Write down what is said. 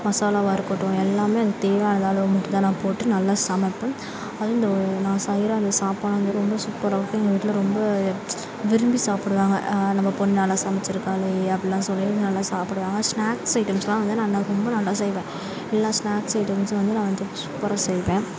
மசாலாவாக இருக்கட்டும் எல்லாமே அதுக்கு தேவையானது அளவு மட்டுந்தான் நான் போட்டு நல்லா சமைப்பேன் அதுவும் இந்த ஒரு நான் செய்யற அந்த சாப்பாடு ரொம்ப சூப்பராக இருக்கும் எங்கள் வீட்டில் ரொம்ப விரும்பி சாப்பிடுவாங்க நம்ம பொண்ணு நல்லா சமைச்சியிருக்காளே அப்படிலாம் சொல்லி நல்லா சாப்பிடுவாங்க ஸ்நாக்ஸ் ஐட்டம்ஸ்லாம் வந்து நான் நல்லா ரொம்ப நல்லா செய்வேன் எல்லா ஸ்நாக்ஸ் ஐட்டம்ஸ்ஸும் வந்து நான் வந்து சூப்பராக செய்வேன்